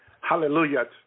hallelujah